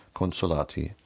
consolati